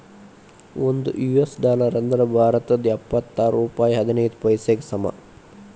ಒಂದ್ US dollar ಅಂದ್ರ ಭಾರತದ್ ಎಪ್ಪತ್ತಾರ ರೂಪಾಯ್ ಹದಿನೈದ್ ಪೈಸೆಗೆ ಸಮ